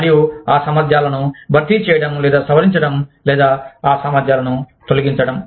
మరియు ఆ సామర్థ్యాలను భర్తీ చేయడం లేదా సవరించడం లేదా ఆ సామర్థ్యాలను తొలగించడం